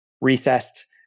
recessed